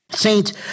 Saints